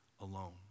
alone